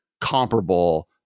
comparable